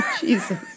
Jesus